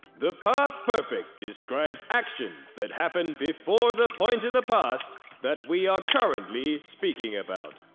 the past perfect describes actions that happened before the point in the past that we are currently speaking about.